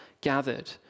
gathered